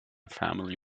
family